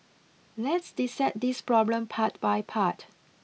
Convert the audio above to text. let's dissect this problem part by part